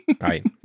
Right